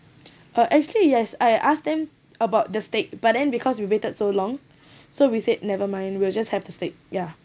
uh actually yes I asked them about the steak but then because we waited so long so we said never mind we'll just have the steak ya